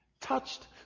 touched